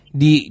di